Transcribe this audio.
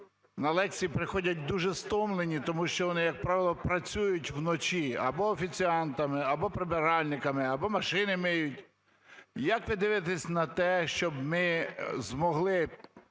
на лекції приходять дуже стомлені. Тому що вони, як правило, працюють вночі або офіціантами, або прибиральниками, або машини миють. Як ви дивитеся на те, щоб ми змогли